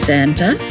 Santa